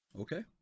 Okay